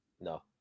No